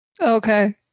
Okay